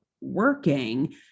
working